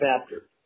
chapter